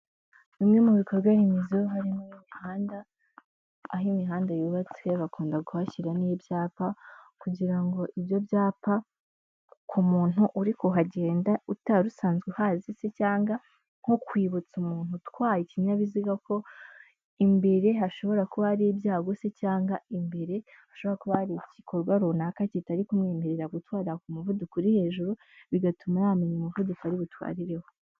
Bimwe mu bikorwa remezo harimo imihanda, aho imihanda yubatse bakunda kuhashyira n'ibyapa kugira ngo ibyo byapa ku muntu uri kuhagenda utari usanzwe uhazi se cyangwa nko kwibutsa umuntu utwaye ikinyabiziga ko imbere hashobora kuba hari ibyago se cyangwa imbere hashobora kuba hari igikorwa runaka kitari kumwemerera gutwararira ku muvuduko uri hejuru, bigatuma yamenya umuvuduko ari butwarireho.